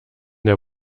der